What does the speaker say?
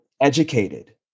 educated